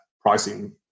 pricing